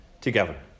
together